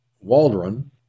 Waldron